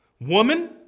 Woman